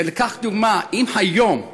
וניקח דוגמה, אם היום,